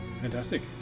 Fantastic